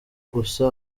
gusa